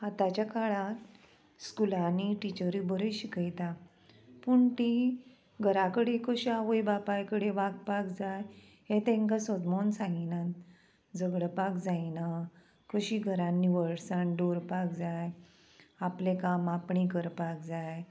आतांच्या काळांत स्कुलांनी टिचरी बऱ्यो शिकयता पूण तीं घराकडेन कश्यो आवय बापाय कडे वागपाक जाय हे तेंकां समजोवन सांगिनात झगडपाक जायना कशी घरान निवळसाण दवरपाक जाय आपलें काम आपणें करपाक जाय